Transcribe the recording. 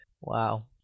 Wow